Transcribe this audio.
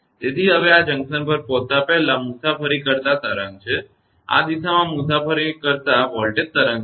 તેથી હવે આ જંકશન પર પહોંચતા પહેલા મુસાફરી કરતા આ તરંગ છે આ દિશામાં મુસાફરી કરતા વોલ્ટેજ તરંગ છે